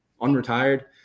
unretired